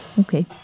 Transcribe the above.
Okay